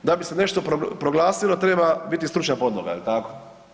Da bi se nešto proglasilo, treba biti stručna podloga, jel tako?